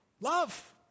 Love